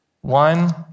One